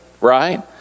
right